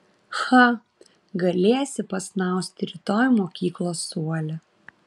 cha galėsi pasnausti rytoj mokyklos suole